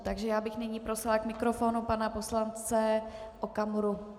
Takže já bych nyní prosila k mikrofonu pana poslance Okamuru.